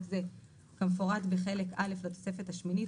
זה כמפורט בחלק א' לתוספת השמינית,